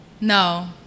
No